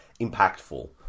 impactful